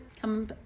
come